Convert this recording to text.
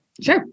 Sure